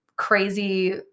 crazy